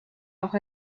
auch